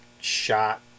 shot